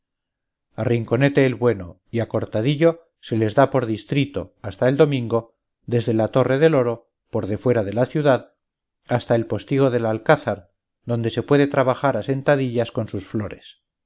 rinconete el bueno y a cortadillo se les da por distrito hasta el domingo desde la torre del oro por defuera de la ciudad hasta el postigo del alcázar donde se puede trabajar a sentadillas con sus flores